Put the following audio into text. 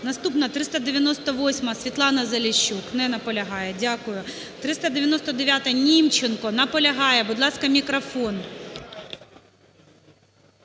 Наступна 398-а. Світлана Заліщук. Не наполягає. Дякую. 399-а. Німченко. Наполягає. Будь ласка, мікрофон.